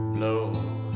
No